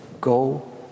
Go